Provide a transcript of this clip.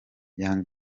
young